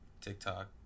TikTok